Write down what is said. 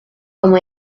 como